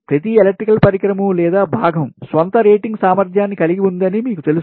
ప్రతి ఎలక్ట్రికల్ పరికరం లేదా భాగం స్వంత రేటింగ్ సామర్థ్యాన్ని కలిగి ఉందని మీకు తెలుసు